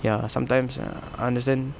ya sometimes ah I understand